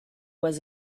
was